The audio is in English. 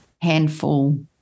handful